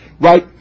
right